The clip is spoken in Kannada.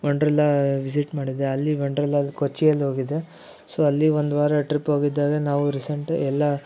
ವಂಡ್ರಲ್ಲಾ ವಿಸಿಟ್ ಮಾಡಿದ್ದೆ ಅಲ್ಲಿ ವಂಡ್ರಲ್ಲ ಅಲ್ಲಿ ಕೊಚ್ಚಿಯಲ್ಲಿ ಹೋಗಿದ್ದೆ ಸೊ ಅಲ್ಲಿ ಒಂದು ವಾರ ಟ್ರಿಪ್ ಹೋಗಿದ್ದಾಗ ನಾವು ರೀಸೆಂಟ್ ಎಲ್ಲ